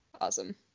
awesome